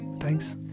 Thanks